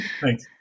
Thanks